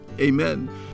amen